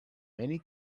many